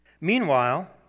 Meanwhile